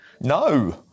No